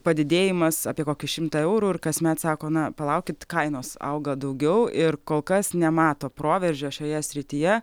padidėjimas apie kokį šimtą eurų ir kasmet sako na palaukit kainos auga daugiau ir kol kas nemato proveržio šioje srityje